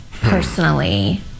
personally